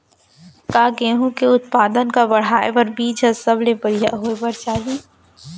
का गेहूँ के उत्पादन का बढ़ाये बर बीज ह सबले बढ़िया होय बर चाही का?